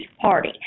Party